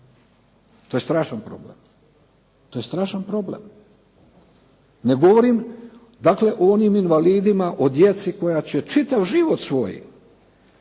to je strašan problem. Ne govorim dakle o onim invalidima, o djeci koja će čitav život svoj